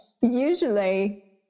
usually